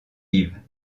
live